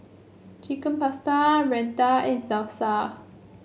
Chicken Pasta Raita and Salsa